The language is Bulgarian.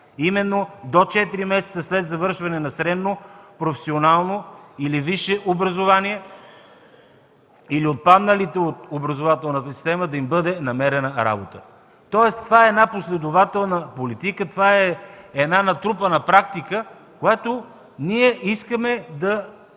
– до 4 месеца след завършване на средно, професионално или висше образование, или на отпадналите от образователната система да им бъде намерена работа. Тоест това е една последователна политика. Това е една натрупана практика, която ние искаме да